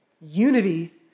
Unity